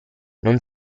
non